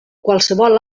qualsevol